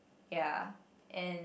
ya and